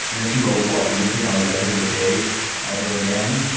and then she wrote, what, you didn't think i was ever gonna date ever again?